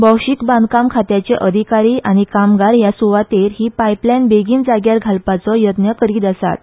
भौशीक बांदकाम खात्याचे अधिकारी आनी कामगार ह्या सुवातेचेर ही पायपलायन बेगीन जाग्यार घालपाचो यत्न करीत आसात